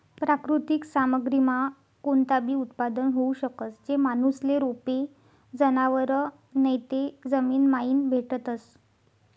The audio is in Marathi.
प्राकृतिक सामग्रीमा कोणताबी उत्पादन होऊ शकस, जे माणूसले रोपे, जनावरं नैते जमीनमाईन भेटतस